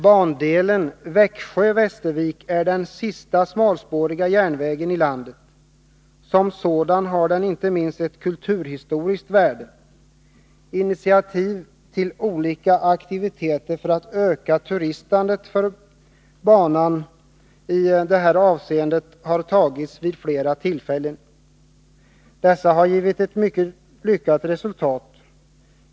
Bandelen Växjö-Västervik är den sista smalspåriga järnvägen i landet. Som sådan har den inte minst ett kulturhistoriskt värde. Initiativ till olika aktiviteter för att öka turistintresset för banan i det här avseendet har tagits vid flera tillfällen. Dessa har givit ett mycket lyckat resultat.